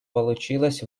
получилось